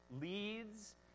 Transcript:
leads